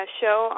show